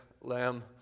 lamb